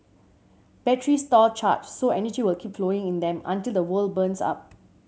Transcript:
batteries store charge so energy will keep flowing in them until the whole burns up